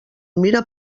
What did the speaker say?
mira